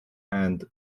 and